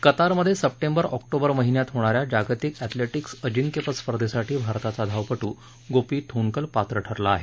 कतारमध्ये September October महिन्यात होणा या जागतिक एथलेटिकस अजिंक्यपद स्पर्धेसाठी भारताचा धावपटू गोपी थोनकल पात्र ठरला आहे